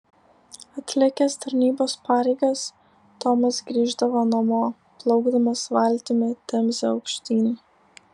atlikęs tarnybos pareigas tomas grįždavo namo plaukdamas valtimi temze aukštyn